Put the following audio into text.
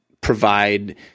provide